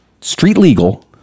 street-legal